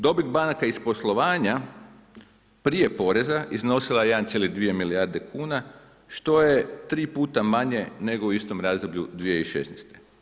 Dobit banaka iz poslovanja prije poreza iznosila je 1,2 milijarde kuna što je tri puta manje nego u istom razdoblju 2016.